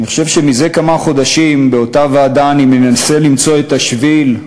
אני חושב שזה כמה חודשים אני מנסה למצוא את השביל,